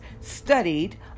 studied